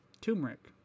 Turmeric